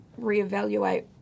reevaluate